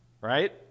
Right